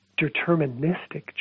deterministic